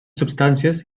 substàncies